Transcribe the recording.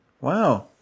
wow